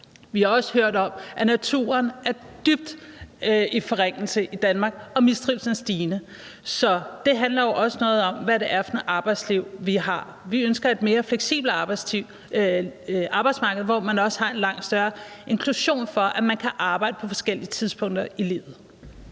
Vi har også hørt om, at naturen er dybt i forringelse i Danmark, og at mistrivslen er stigende. Så det handler jo også om, hvad det er for et arbejdsliv, vi har. Vi ønsker et mere fleksibelt arbejdsmarked, hvor man også har en langt større inklusion, i forhold til at man kan arbejde på forskellige tidspunkter i livet.